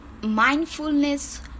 mindfulness